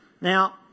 now